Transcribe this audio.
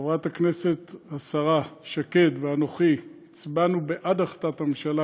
חברת הכנסת השרה שקד ואנוכי הצבענו בעד החלטת הממשלה,